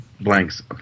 blanks